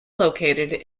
located